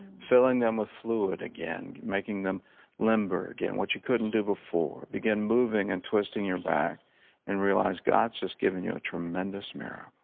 filling them with fluid again, making them limber again. what you couldn't do before, begin moving and twisting your back and realize god has just given you a tremendous miracle.